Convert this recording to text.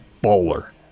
bowler